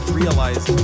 realize